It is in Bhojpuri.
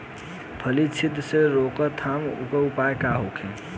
फली छिद्र से रोकथाम के उपाय का होखे?